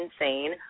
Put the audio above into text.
insane